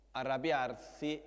arrabbiarsi